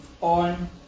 on